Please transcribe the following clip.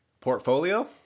portfolio